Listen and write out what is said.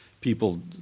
people